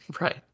right